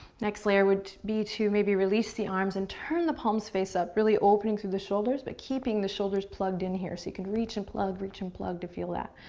next layer would be to maybe release the arms and turn the palms face up, really opening through the shoulders, but keeping the shoulders plugged in here. so you can reach and plug, reach and plug to feel that.